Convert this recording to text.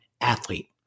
athlete